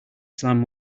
slam